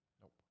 Nope